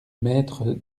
maître